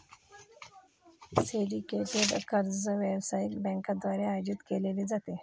syndicated कर्ज व्यावसायिक बँकांद्वारे आयोजित केले जाते